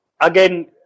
again